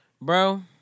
Bro